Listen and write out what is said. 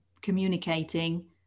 communicating